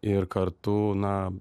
ir kartu na